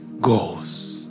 goals